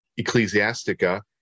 Ecclesiastica